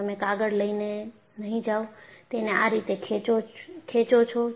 તમે કાગળ લઈને નહીં જાવ તેને આ રીતે ખેંચો છો